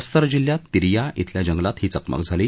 बस्तर जिल्ह्यात तिरिया श्रिल्या जंगलात ही चकमक झाली